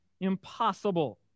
impossible